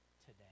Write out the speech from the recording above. today